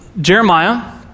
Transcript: Jeremiah